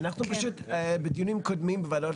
אנחנו פשוט בדיונים קודמים בוועדות